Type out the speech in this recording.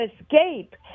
escape